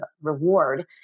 reward